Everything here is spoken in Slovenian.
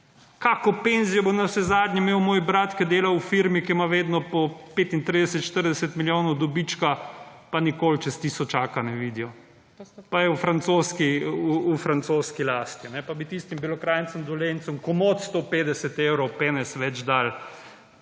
Kako penzijo bo navsezadnje imel moj brat, ki dela v firmi, ki ima vedno po 35, 45 milijonov dobička, pa nikoli čez tisočaka ne vidijo, pa je v francoski lasti, pa bi tistim Belokranjcem, Dolencem, »komot« 150 evrov penez več dal,